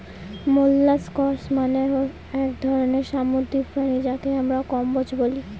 molluscs মানে এক ধরনের সামুদ্রিক প্রাণী যাকে আমরা কম্বোজ বলি